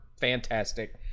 fantastic